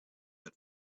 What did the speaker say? that